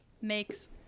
makes